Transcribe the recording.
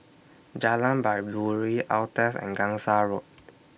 Jalan Baiduri Altez and Gangsa Road